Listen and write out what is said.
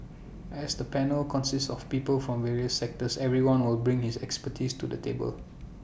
as the panel consists of people from various sectors everyone will bring his expertise to the table